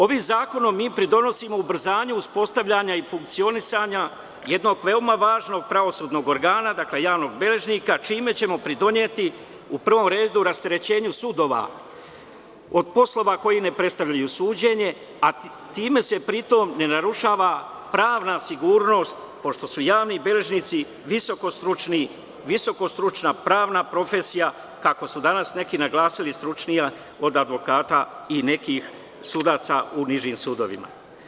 Ovim zakonom mi pridonosimo ubrzanju uspostavljanja i funkcionisanja jednog veoma važnog pravosudnog organa, dakle javnog beležnika, čime ćemo pridoneti u prvom redu rasterećenju sudova od poslova koji ne predstavljaju suđenje, a time se pri tom ne narušava pravna sigurnost, pošto su javni beležnici visokostručna pravna profesija, kako su danas neki naglasili stručnija od advokata i nekih sudaca u nižim sudovima.